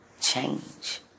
change